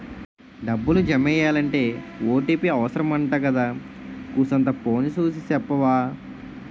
డబ్బులు జమెయ్యాలంటే ఓ.టి.పి అవుసరమంటగదా కూసంతా ఫోను సూసి సెప్పవా